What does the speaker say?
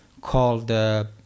called